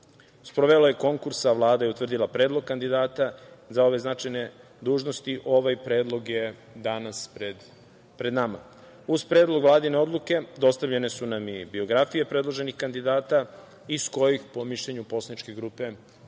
Sprovelo je konkurs, a Vlada je utvrdila predlog kandidata za ove značajne dužnosti. Ovaj predlog je danas pred nama. Uz Predlog vladine odluke dostavljene su nam i biografije predloženih kandidata iz kojih, po mišljenu poslaničke grupe